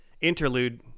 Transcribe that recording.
interlude